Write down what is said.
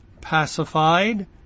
pacified